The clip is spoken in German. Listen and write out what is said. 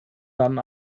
dann